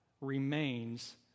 remains